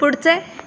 पुढचे